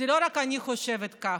לא רק אני חושבת כך,